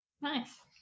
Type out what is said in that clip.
Nice